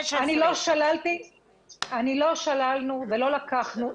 לא שללנו ולא לקחנו.